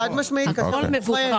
נכון.